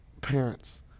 parents